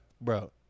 Bro